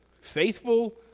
Faithful